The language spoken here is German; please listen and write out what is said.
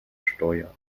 steuer